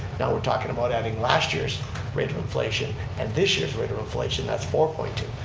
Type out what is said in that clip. now we're talking about adding last year's rate of inflation and this year's rate of inflation, that's four point two.